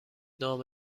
نام